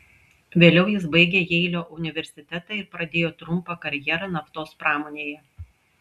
vėliau jis baigė jeilio universitetą ir pradėjo trumpą karjerą naftos pramonėje